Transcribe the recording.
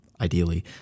ideally